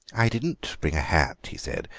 i didn't bring a hat, he said,